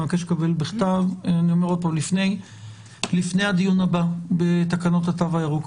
אני מבקש לקבל את זה בכתב עוד לפני הדיון הבא בתקנות התו הירוק.